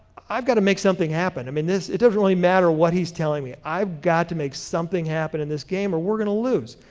i've got to make something happen. i mean it doesn't really matter what he's telling me, i've got to make something happen in this game or we're going to lose.